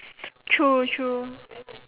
true true